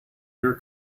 your